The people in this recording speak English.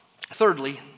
Thirdly